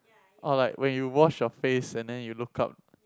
or like when you wash your face and then you look up